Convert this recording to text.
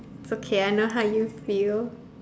it's okay I know how you feel